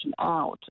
out